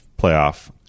playoff